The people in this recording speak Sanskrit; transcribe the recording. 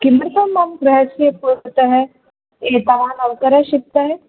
किमर्थं मम गृहस्य पुरतः एतावान् अवकरः क्षिप्यते